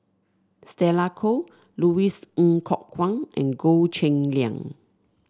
Stella Kon Louis Ng Kok Kwang and Goh Cheng Liang